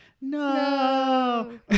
no